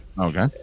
Okay